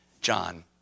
John